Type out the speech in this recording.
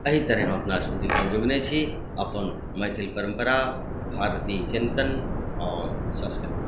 एहि तरहे हम अपना संस्कृतिके जोगने छी अपन मैथिली परम्परा भारतीय चिन्तन आओर संस्कृत